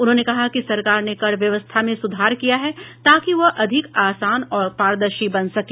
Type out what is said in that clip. उन्होंने कहा कि सरकार ने कर व्यवस्था में सुधार किया है ताकि वह अधिक आसान और पारदर्शी बन सके